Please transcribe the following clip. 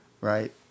Right